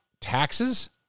taxes